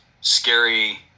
scary